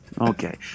Okay